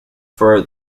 for